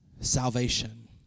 salvation